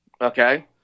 Okay